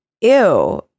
ew